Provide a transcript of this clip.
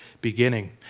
beginning